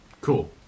Cool